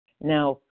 Now